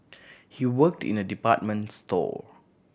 he worked in a department store